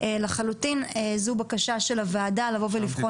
לחלוטין זו הבקשה של הוועדה לבוא ולבחון